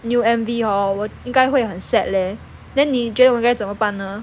new M_V hor 我应该会很 sad leh then 你觉得我该怎么办呢